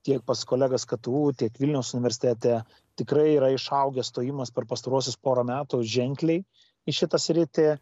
tiek pas kolegas ktu tiek vilniaus universitete tikrai yra išaugęs stojimas per pastaruosius porą metų ženkliai į šitą sritį